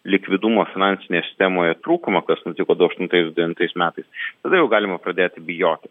likvidumo finansinėje sistemoje trūkumą kas nutiko du aštuntais du devintais metais tada jau galima pradėti bijoti